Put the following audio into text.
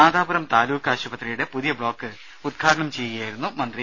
നാദാപുരം താലൂക്ക് ആശുപത്രിയുടെ പുതിയ ബ്ലോക്ക് ഉദ്ഘാടനം ചെയ്യുകയായിരുന്നു മന്ത്രി